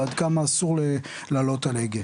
ועד כמה אסור לעלות על הגה.